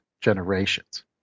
generations